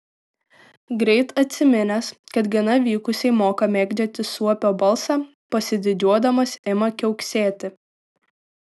greit atsiminęs kad gana vykusiai moka mėgdžioti suopio balsą pasididžiuodamas ima kiauksėti